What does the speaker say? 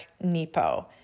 Nepo